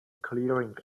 clearing